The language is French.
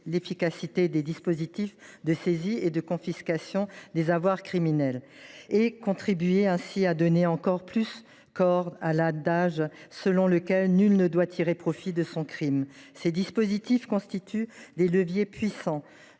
l’efficacité des dispositifs de saisie et de confiscation des avoirs criminels, et contribue ainsi à donner encore plus corps à l’adage selon lequel nul ne doit tirer profit de son crime. Ces dispositifs constituent des leviers puissants